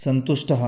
सन्तुष्टः